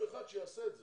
שמישהו אחד יעשה את זה.